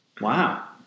Wow